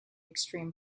extreme